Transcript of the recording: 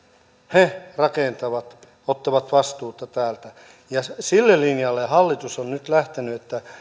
he rakentavat ottavat vastuuta täältä sille linjalle hallitus on nyt lähtenyt että